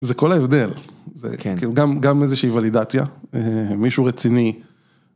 זה כל ההבדל, -כן -גם איזושהי ולידציה, מישהו רציני.